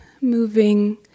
moving